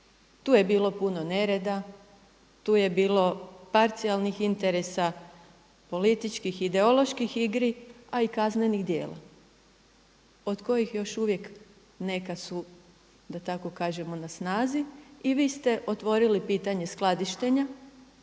Tu je bilo puno nereda, tu je bilo parcijalnih interesa, političkih, ideoloških igri, a i kaznenih dijela od kojih još uvijek neka su da tako kažemo na snazi. I vi ste otvorili pitanje skladištenja,